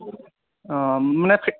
অঁ মানে